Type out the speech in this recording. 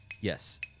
yes